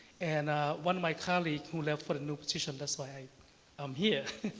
and one of my colleagues who left for a new position that's why i am here.